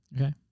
Okay